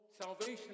salvation